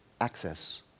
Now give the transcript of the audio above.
access